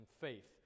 faith